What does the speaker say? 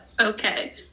okay